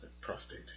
Prostate